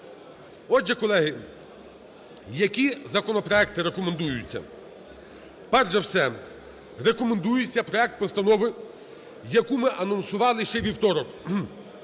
Отже, колеги, які законопроекти рекомендуються. Перш за все, рекомендується проект постанови, яку ми анонсували ще у вівторок.